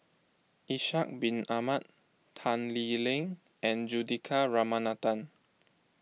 Ishak Bin Ahmad Tan Lee Leng and Juthika Ramanathan